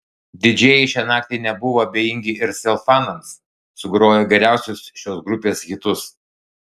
didžėjai šią naktį nebuvo abejingi ir sel fanams sugrojo geriausius šios grupės hitus